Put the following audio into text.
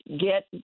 get